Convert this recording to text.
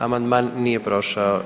Amandman nije prošao.